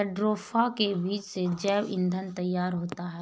jatropha के बीज से जैव ईंधन तैयार किया जाता है